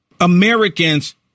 Americans